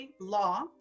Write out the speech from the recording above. Law